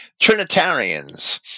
Trinitarians